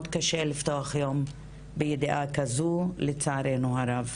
מאוד קשה לפתוח את היום בידיעה כזו לצערנו הרב.